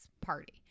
party